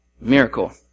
miracle